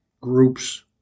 groups